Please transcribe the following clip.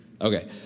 Okay